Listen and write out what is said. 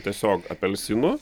tiesiog apelsinų